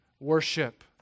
worship